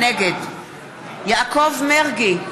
נגד יעקב מרגי,